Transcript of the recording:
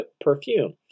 perfume